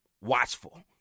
watchful